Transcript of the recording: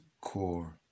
core